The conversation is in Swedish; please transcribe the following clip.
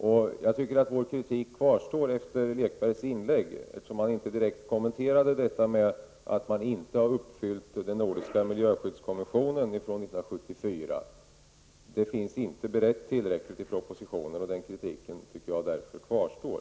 Efter Sören Lekbergs inlägg kvarstår vår kritik, eftersom han inte direkt kommenterade det förhållandet att man inte har uppfyllt den nordiska miljöskyddskonventionen från 1974. Detta har inte beretts tillräckligt i propositionen och därför kvarstår vår kritik.